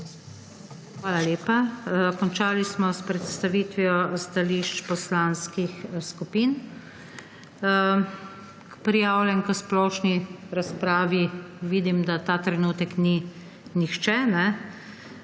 Hvala lepa. Končali smo s predstavitvijo stališč poslanskih skupin. Prijavljen k splošni razpravi vidim, da ta trenutek ni nihče.